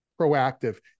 proactive